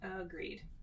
Agreed